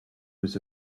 was